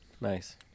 Nice